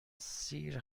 سیر